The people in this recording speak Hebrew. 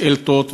שאילתות,